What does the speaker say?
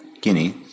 Guinea